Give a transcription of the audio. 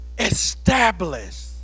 Establish